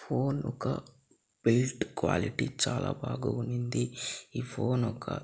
phone ఒక built quality చాలా బాగా ఉంది ఈ ఫోన్ ఒక